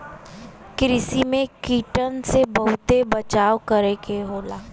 कृषि में कीटन से बहुते बचाव करे क होला